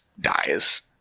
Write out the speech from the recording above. dies